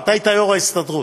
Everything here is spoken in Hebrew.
אתה היית יושב-ראש ההסתדרות,